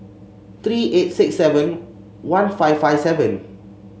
three eight six seven one five five seven